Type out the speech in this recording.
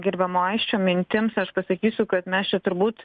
gerbiamo aisčio mintims aš pasakysiu kad mes čia turbūt